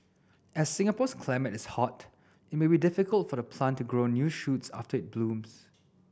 as Singapore's climate is hot it may be difficult for the plant to grow new shoots after it blooms